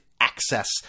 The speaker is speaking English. access